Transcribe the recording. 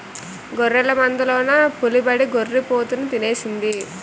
గొర్రెల మందలోన పులిబడి గొర్రి పోతుని తినేసింది